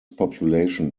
population